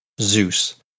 Zeus